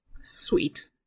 Sweet